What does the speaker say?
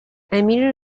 emil